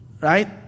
right